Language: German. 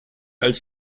als